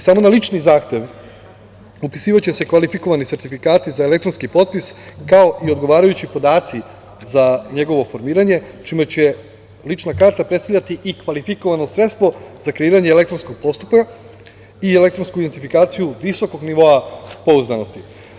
Samo na lični zahtev upisivaće se kvalifikovani sertifikati za elektronski propis, kao i odgovarajući podaci za njegovo formiranje čime će lična karta predstavljati i kvalifikovano sredstvo za kreiranje elektronskog postupka i elektronsku identifikaciju visokog nivoa pouzdanosti.